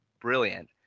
brilliant